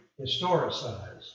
historicized